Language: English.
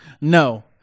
No